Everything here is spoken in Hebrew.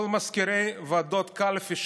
במקום מזכירי ועדות קלפי,